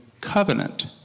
covenant